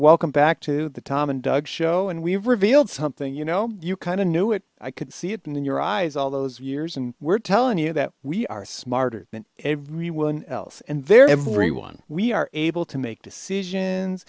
welcome back to the tom and doug show and we've revealed something you know you kind of knew it i could see it in your eyes all those years and we're telling you that we are smarter than everyone else and very everyone we are able to make decisions